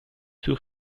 two